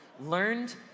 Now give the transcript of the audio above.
learned